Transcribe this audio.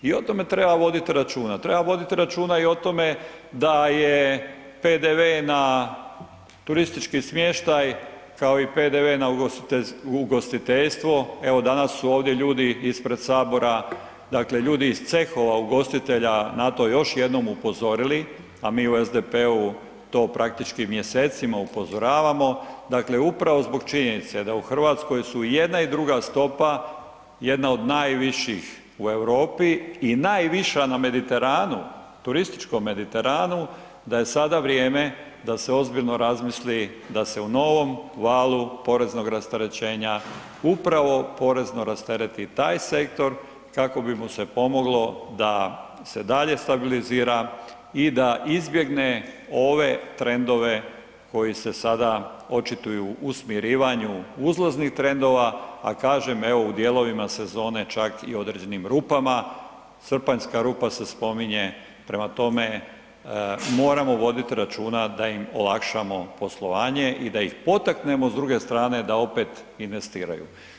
I o tome treba voditi računa, treba voditi računa i o tome da je PDV na turistički smještaj kao i PDV u ugostiteljstvo, evo, danas su ovdje ljudi ispred Sabora, dakle, ljudi iz cehova ugostitelja na to još jednom upozorili, a mi u SDP-u to praktički mjesecima upozoravamo, dakle upravo zbog činjenice da u RH su i jedna i druga stopa jedna od najviših u Europi i najviša na Mediteranu, turističkom Mediteranu, da je sada vrijeme da se ozbiljno razmisli da se u novom valu poreznog rasterećenja upravo porezno rastereti taj sektor kako bi mu se pomoglo da se dalje stabilizira i da izbjegne ove trendove koji se sada očituju u smirivanju uzlaznih trendova, a kažem evo u dijelovima sezone čak i određenim rupama, srpanjska rupa se spominje, prema tome moramo vodit računa da im olakšamo poslovanje i da ih potaknemo s druge strane da opet investiraju.